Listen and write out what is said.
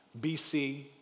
BC